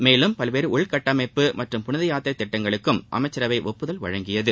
மேலும் பல்வேறு உள்கட்டமைப்பு மற்றும் புனித யாத்திரை திட்டங்களுக்கும் அமைச்சரவை ஒப்புதல் அளித்தது